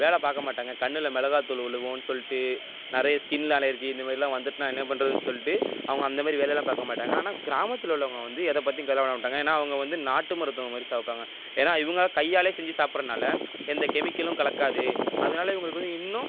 வேலை பார்க்க மாட்டாங்க கண்ணில் மிளகாய் தூள் விழுவுன் சொல்லிட்டு நிறைய ஸ்கின்ல அலர்ஜி இந்தமாரிலாம் வந்துவிட்னா என்ன பண்ணுறதுன் சொல்லிட்டு அவங்க அந்தமாரி வேலையெலாம் பார்க்க மாட்டாங்க ஆனால் கிராமத்தில் உள்ளவங்க வந்து எதை பற்றியும் கவலைப்பட மாட்டாங்க ஏன்னா அவங்க வந்து நாட்டு மருத்துவம் மாதிரி சாப்பிட்டாங்க ஏன்னா இவங்கலாம் கையாலே செஞ்சு சாப்புடுறனால எந்த கெமிக்கலும் கலக்காது அதனாலே இவங்களுக்கு வந்து இன்னும்